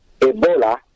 Ebola